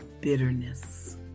bitterness